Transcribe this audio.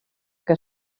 que